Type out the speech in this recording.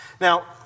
Now